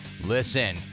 Listen